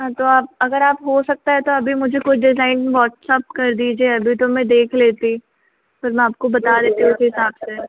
हाँ तो आप अगर आप हो सकता है तो अभी मुझे कुछ डिज़ाइन वॉट्सअप कर दीजिए अभी तो मैं देख लेती फिर मैं आपको बता देती हूँ उसी हिसाब से